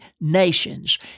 nations